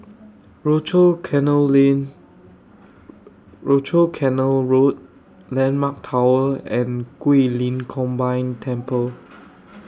Rochor Canal Road Landmark Tower and Guilin Combined Temple